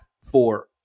four